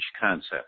concept